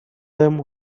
them